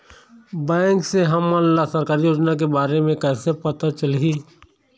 Bank से हमन ला सरकारी योजना के बारे मे कैसे पता चलही?